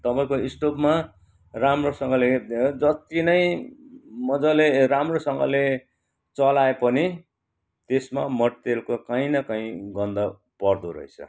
तपाईँको स्टोभमा राम्रोसँगले जत्ति नै मज्जाले राम्रोसँगले चलाए पनि त्यसमा मट्टितेलको कहीँ न कहीँ गन्ध पर्दो रहेछ